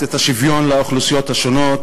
שלה את השוויון לאוכלוסיות השונות,